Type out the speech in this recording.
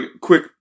quick